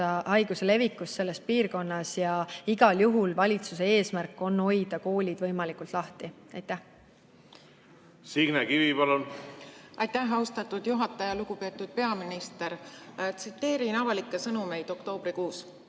haiguse levikust piirkonnas. Ja igal juhul valitsuse eesmärk on hoida koolid võimalikult lahti. Signe Kivi, palun! Signe Kivi, palun! Aitäh, austatud juhataja! Lugupeetud peaminister! Tsiteerin avalikke sõnumeid. Oktoobrikuus,